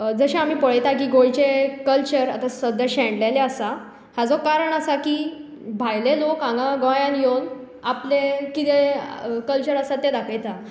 जशें आमी पळयता की गोंयचे कल्चर आतां सद्या शेण्ल्लें आसा हाजो कारण आसा की भायले लोक हांगा गोंयान येवन आपलें कितें कल्चर आसा तें दाखयता